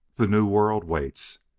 the new world waits.